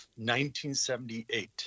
1978